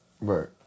Right